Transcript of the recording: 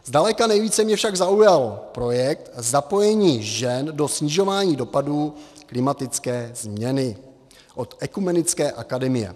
Zdaleka nejvíce mě však zaujal projekt Zapojení žen do snižování dopadů klimatické změny od Ekumenické akademie.